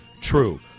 true